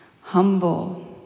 Humble